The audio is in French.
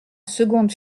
seconde